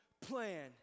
plan